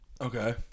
Okay